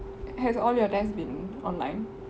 have all your test been online